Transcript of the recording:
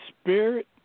spirit